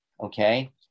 okay